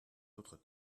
autres